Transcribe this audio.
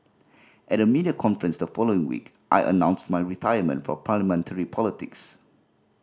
at a media conference the following week I announced my retirement from Parliamentary politics